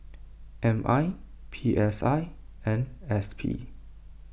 M I P S I and S P